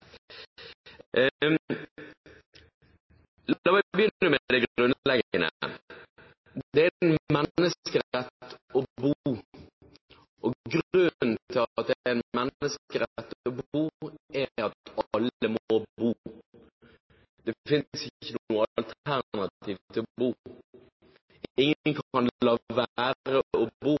grunnleggende: Det er en menneskerett å bo. Grunnen til at det er en menneskerett å bo, er at alle må bo. Det finnes ikke noe alternativ til å bo. Ingen kan la være å bo.